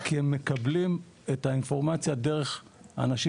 כי הם מקבלים את האינפורמציה דרך האנשים